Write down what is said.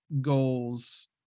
goals